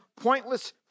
pointless